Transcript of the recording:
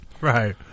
right